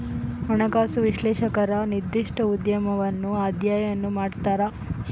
ಹಣಕಾಸು ವಿಶ್ಲೇಷಕರು ನಿರ್ದಿಷ್ಟ ಉದ್ಯಮವನ್ನು ಅಧ್ಯಯನ ಮಾಡ್ತರ